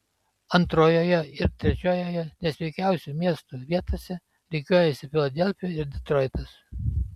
antrojoje ir trečiojoje nesveikiausių miestų vietose rikiuojasi filadelfija ir detroitas